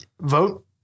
Vote